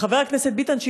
וחבר הכנסת ביטן,